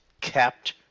kept